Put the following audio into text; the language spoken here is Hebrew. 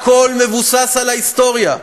הכול מבוסס על ההיסטוריה,